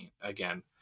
Again